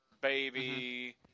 baby